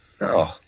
No